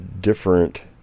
different